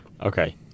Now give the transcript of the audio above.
Okay